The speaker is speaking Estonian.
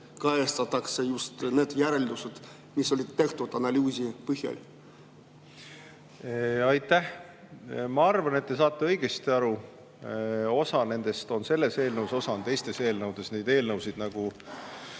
kajastatakse just neid järeldusi, mis on tehtud analüüsi põhjal? Aitäh! Ma arvan, et te saate õigesti aru. Osa on selles eelnõus, osa on teistes eelnõudes. Neid eelnõusid, nagu